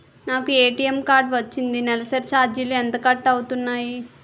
నాకు ATM card వచ్చింది నెలసరి ఛార్జీలు ఎంత కట్ అవ్తున్నాయి?